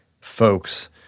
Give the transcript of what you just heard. folks